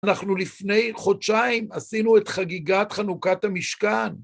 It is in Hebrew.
אנחנו לפני חודשיים עשינו את חגיגת חנוכת המשכן.